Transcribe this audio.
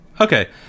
Okay